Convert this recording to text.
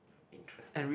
interesting